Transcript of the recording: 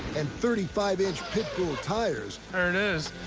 and thirty five inch pit bull tires. there it is.